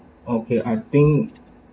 okay I think